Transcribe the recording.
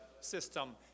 system